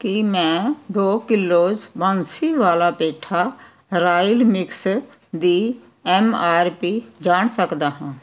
ਕੀ ਮੈਂ ਦੋ kilos Bansiwala petha royal mix ਦੀ ਐਮ ਆਰ ਪੀ ਜਾਣ ਸਕਦਾ ਹਾਂ